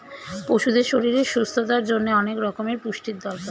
পশুদের শরীরের সুস্থতার জন্যে অনেক রকমের পুষ্টির দরকার